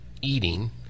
eating